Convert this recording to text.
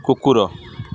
କୁକୁର